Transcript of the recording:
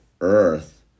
Earth